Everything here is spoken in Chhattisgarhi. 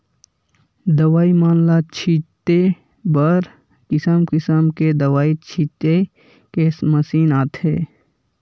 दवई मन ल छिते बर किसम किसम के दवई छिते के मसीन आथे